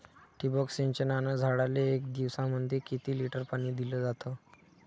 ठिबक सिंचनानं झाडाले एक दिवसामंदी किती लिटर पाणी दिलं जातं?